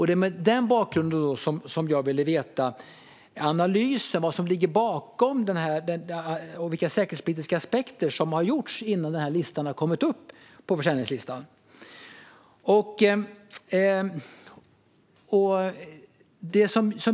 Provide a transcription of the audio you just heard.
Det är mot den bakgrunden jag vill veta vilken analys som har gjorts av olika säkerhetsaspekter innan de här objekten har kommit upp på försäljningslistan.